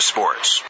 Sports